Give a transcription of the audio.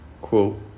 quote